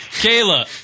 Kayla